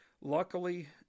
Luckily